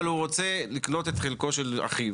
אבל הוא רוצה לקנות את חלקו של אחיו.